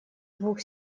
двух